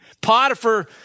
Potiphar